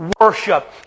worship